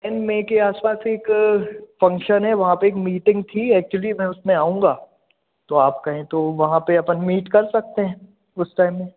इन मै के आसपास एक फंक्शन है वहाँ पर एक मीटिंग थी एक्चुअली मैं उसमें आऊँगा तो आप कहे तो वहाँ पर अपन मीट कर सकते हैं उस टाइम में